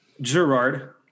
Gerard